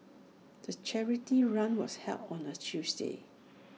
the charity run was held on A Tuesday